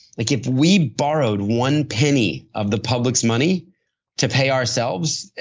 like if we borrowed one penny of the public's money to pay ourselves,